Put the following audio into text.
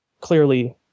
clearly